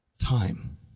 Time